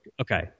Okay